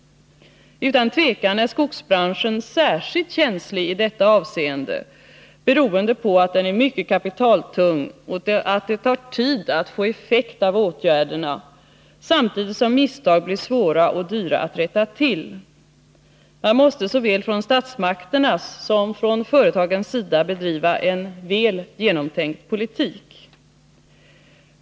Utan tvekan är skogsbranschen särskilt känslig i detta avseende, beroende på att den är mycket kapitaltung och att det tar tid att få effekt av åtgärderna — samtidigt som det är svårt och dyrt att rätta till misstag. Man måste såväl från statsmakternas som företagens sida bedriva en väl genomtänkt politik.